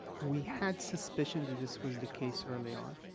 we had suspicion that this was the case early on,